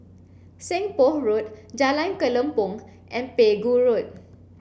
Seng Poh Road Jalan Kelempong and Pegu Road